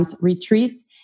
retreats